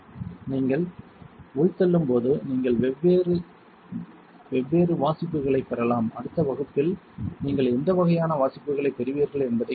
நீங்கள் உள்தள்ளும் போது நீங்கள் வெவ்வேறு வெவ்வேறு வாசிப்புகளைப் பெறலாம் அடுத்த வகுப்பில் நீங்கள் எந்த வகையான வாசிப்புகளைப் பெறுவீர்கள் என்பதைக் காண்போம்